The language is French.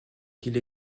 qu’ils